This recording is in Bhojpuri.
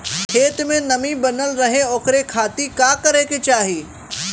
खेत में नमी बनल रहे ओकरे खाती का करे के चाही?